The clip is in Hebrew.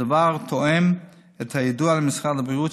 הדבר תואם את הידוע למשרד הבריאות,